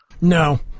No